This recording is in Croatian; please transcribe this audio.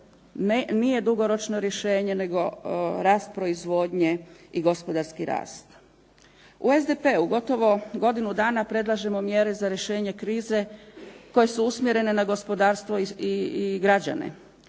nije dugoročno rješenje, nego rast proizvodnje i gospodarski rast. U SDP-u gotovo godinu dana predlažemo mjere za rješavanje krize, koje su usmjerene na gospodarstvo i građane.